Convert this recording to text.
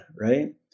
right